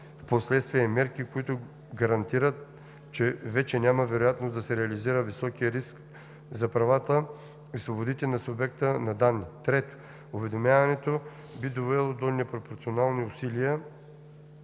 впоследствие мерки, които гарантират, че вече няма вероятност да се реализира високият риск за правата и свободите на субектите на данни; 3. уведомяването би довело до непропорционални усилия;